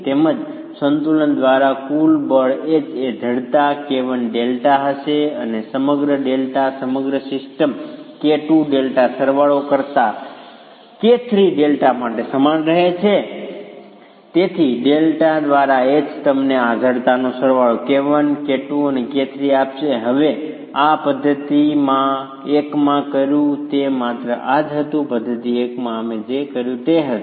તેમજ સંતુલન દ્વારા કુલ બળ H એ જડતા K1Δ હશે અને Δ સમગ્ર સિસ્ટમ K2Δ સરવાળો કરતા વત્તા K3Δ માટે સમાન રહે છે અને તેથી Δ દ્વારા H તમને આ જડતાનો સરવાળો K1 K2 અને K3 આપશે હવે આ પદ્ધતિ 1 માં કર્યું તે માત્ર આ જ હતું પદ્ધતિ 1 માં અમે જે કર્યું તે હતું